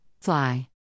fly